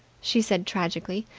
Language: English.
she said tragically.